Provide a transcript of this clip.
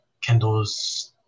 Kendall's